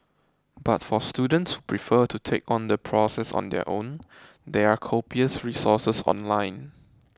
but for students prefer to take on the process on their own there are copious resources online